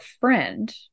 friend